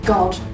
God